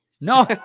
no